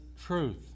truth